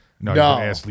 No